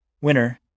winner